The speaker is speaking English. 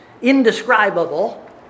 indescribable